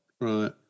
Right